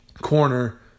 corner